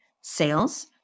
Sales